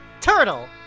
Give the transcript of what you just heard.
Turtle